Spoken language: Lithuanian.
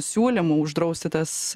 siūlymu uždrausti tas